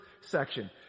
section